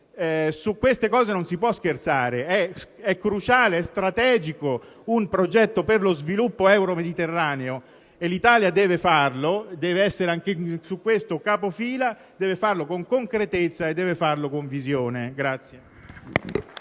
Su queste cose non si può scherzare. È cruciale, è strategico un progetto per lo sviluppo euromediterraneo, e l'Italia deve farlo, deve essere capofila anche su questo, deve farlo con concretezza e con visione.